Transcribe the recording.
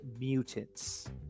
mutants